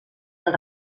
del